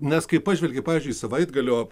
nes kai pažvelgi pavyzdžiui savaitgalio